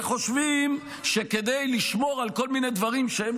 וחושבים שכדי לשמור על כל מיני דברים שהם